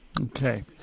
Okay